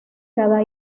cada